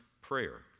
prayer